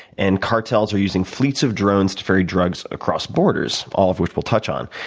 and cartels are using fleets of drones to ferry drugs across borders, all of which we'll touch on.